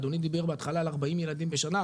אדוני דיבר בהתחלה על 40 ילדים בשנה,